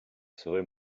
serait